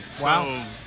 Wow